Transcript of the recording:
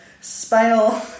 spinal